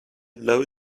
low